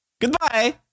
Goodbye